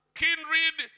kindred